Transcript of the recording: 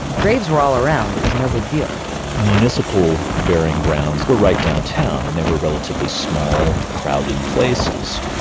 graves were all around. it was no big deal municipal burying grounds were right downtown, and they were relatively small, crowded places